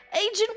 Agent